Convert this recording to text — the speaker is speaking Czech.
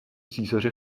císaře